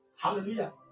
Hallelujah